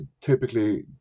typically